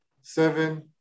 seven